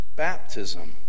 baptism